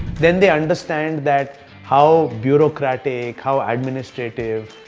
then they understand that how bureaucratic, how administrative,